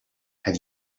have